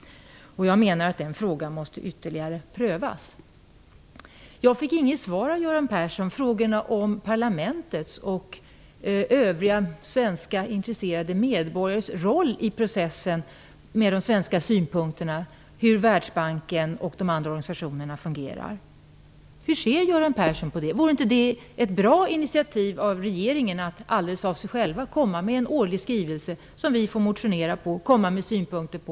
Jag menar att den frågan måste prövas ytterligare. Jag fick inget svar av Göran Persson på frågan om parlamentets och övriga svenska intresserade medborgares roll i processen med de svenska synpunkterna på hur Världsbanken och de andra organisationerna fungerar. Hur ser Göran Persson på det? Vore det inte ett bra initiativ av regeringen att alldeles av sig själv komma med en årlig skrivelse som vi får motionera om och komma med synpunkter på.